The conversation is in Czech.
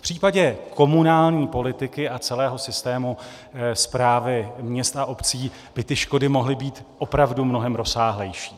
V případě komunální politiky a celého systému správy měst a obcí by škody mohly být opravdu mnohem rozsáhlejší.